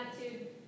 attitude